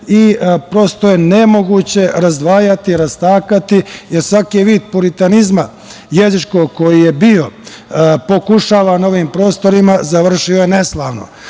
i prosto je nemoguće razdvajati i rastakati, jer svaki vid puritanizma jezičkog koji je bio pokušavan na ovim prostorima završio je neslavno. Kolega